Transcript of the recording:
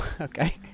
Okay